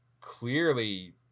clearly